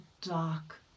dark